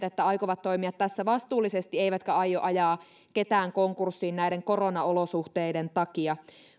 että aikovat toimia tässä vastuullisesti eivätkä aio ajaa ketään konkurssiin näiden koronaolosuhteiden takia